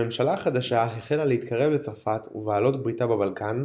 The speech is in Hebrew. הממשלה החדשה החלה להתקרב לצרפת ובעלות בריתה בבלקן,